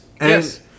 Yes